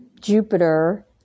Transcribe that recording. Jupiter